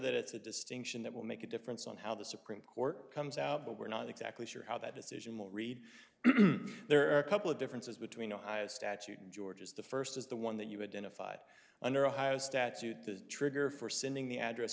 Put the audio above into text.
that it's a distinction that will make a difference on how the supreme court comes out but we're not exactly sure how that decision will read there are a couple of differences between ohio statute and georgia's the first is the one that you identified under ohio statute the trigger for sending the address